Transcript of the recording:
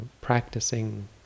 practicing